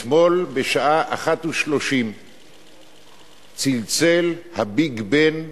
אתמול בשעה 13:30 צלצל ה"ביג-בן",